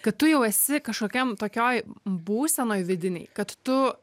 kad tu jau esi kažkokiam tokioj būsenoj vidinėj kad tu